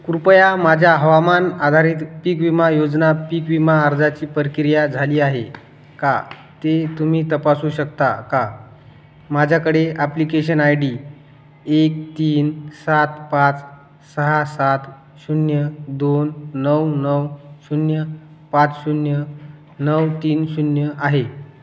कृपया माझ्या हवामान आधारित पीक विमा योजना पीक विमा अर्जाची प्रक्रिया झाली आहे का ते तुम्ही तपासू शकता का माझ्याकडे ॲप्लिकेशन आय डी एक तीन सात पाच सहा सात शून्य दोन नऊ नऊ शून्य पाच शून्य नऊ तीन शून्य आहे